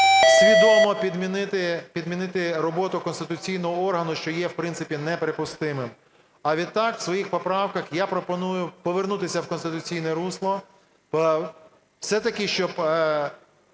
свідомо підмінити роботу конституційного органу, що є, в принципі, неприпустимим. А відтак у своїх поправках я пропоную повернутися в конституційне русло все-таки, щоб